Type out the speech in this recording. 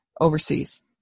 overseas